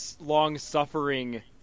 long-suffering